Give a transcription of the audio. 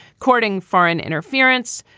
courting foreign interference,